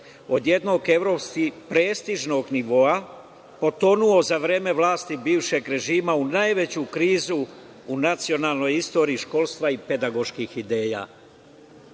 od jednog prestižnog nivoa, potonuo za vreme vlasti bivšeg režima u najveću krizu u nacionalnoj istoriji školstva i pedagoških ideja.